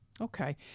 Okay